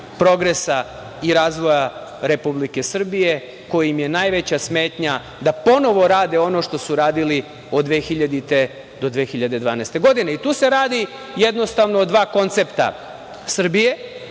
progresa i razvoja Republike Srbije, koji im je najveća smetnja da ponovo rade ono što su radili od 2000. do 2012. godine. Jednostavno, tu se radi o dva koncepta Srbije,